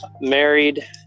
married